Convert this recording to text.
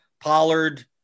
Pollard